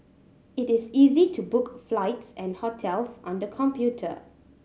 it is easy to book flights and hotels on the computer